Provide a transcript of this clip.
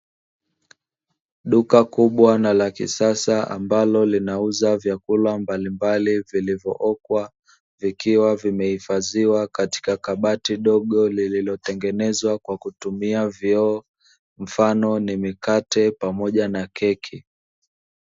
Duka kubwa na la kisasa ambalo linauza vyakula mbalimbali vilivyookwa , vikiwa vimehifadhiwa katika kabati dogo, lililotengenezwa kwa kutumia vioo mfano ni Mikate pamoja na keki.